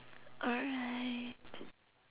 alright